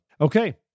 okay